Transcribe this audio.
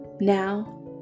now